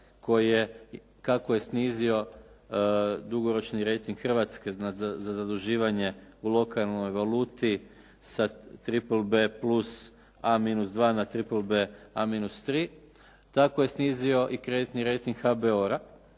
koji je kako je snizio dugoročni rejting Hrvatske za zaduživanje u lokalnoj valuti sa Triple B+A-2 na Triple BA-3 tako je snizio i kreditni rejting HBOR-a